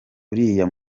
uriya